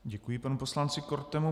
Děkuji panu poslanci Kortemu.